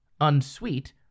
unsweet